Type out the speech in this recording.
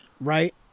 right